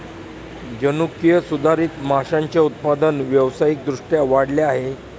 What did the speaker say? जनुकीय सुधारित माशांचे उत्पादन व्यावसायिक दृष्ट्या वाढले आहे